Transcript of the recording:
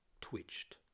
twitched